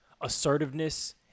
assertiveness